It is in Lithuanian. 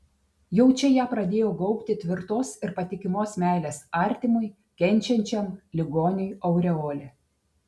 jau čia ją pradėjo gaubti tvirtos ir patikimos meilės artimui kenčiančiam ligoniui aureolė